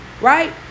Right